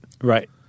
Right